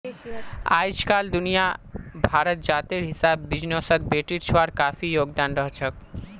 अइजकाल दुनिया भरत जातेर हिसाब बिजनेसत बेटिछुआर काफी योगदान रहछेक